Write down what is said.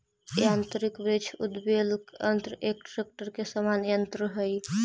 यान्त्रिक वृक्ष उद्वेलक यन्त्र एक ट्रेक्टर के समान यन्त्र हई